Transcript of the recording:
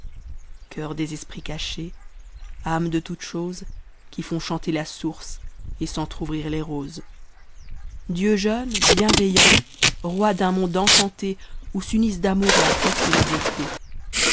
choeur des esprits cachés âmes de toutes choses qui font chanter la source et s'entr'ouvrir les rosés dieux jeunes bienveillants rois d'un monde enchanté a ou s'unissent d'amour la force et la beauté